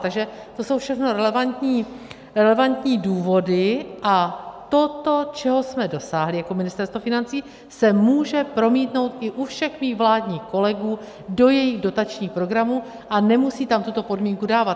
Takže to jsou všechno relevantní důvody a toto, čeho jsme dosáhli jako Ministerstvo financí, se může promítnout i u všech mých vládních kolegů do jejich dotačních programů a nemusí tam tuto podmínku dávat.